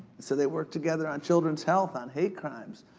so they worked together on children's health, on hate crimes.